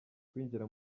kwinjira